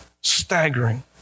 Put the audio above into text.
Staggering